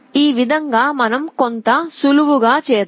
ఈ విధంగా మనం కొంత సులువుగా చేద్దాం